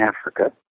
Africa